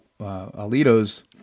Alito's